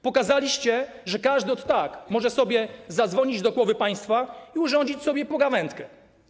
Pokazaliście, że każdy ot tak może zadzwonić do głowy państwa i urządzić sobie pogawędkę.